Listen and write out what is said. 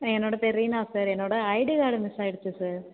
என்னோடய பேர் ரீனா சார் என்னோட ஐடி கார்டு மிஸ் ஆகிடுச்சி சார்